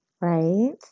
Right